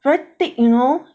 very thick you know